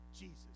Jesus